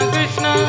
Krishna